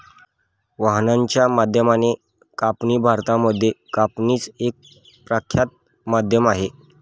वाहनाच्या माध्यमाने कापणी भारतामध्ये कापणीच एक प्रख्यात माध्यम आहे